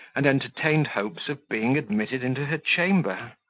and entertained hopes of being admitted into her chamber.